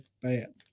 bad